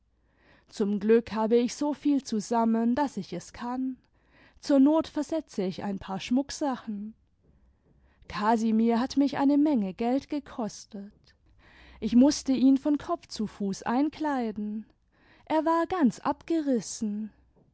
zum glück hab ich so viel zusammen daß ich es kann zur not versetze ich ein paar schmucksachen casimir hat mich eine menge geld gekostet ich mußte ihn von kopf zu fuß einkleiden er war ganz abgerissen